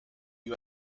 you